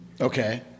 Okay